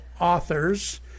authors